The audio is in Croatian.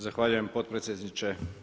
Zahvaljujem potpredsjedniče.